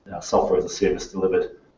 software-as-a-service-delivered